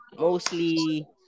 mostly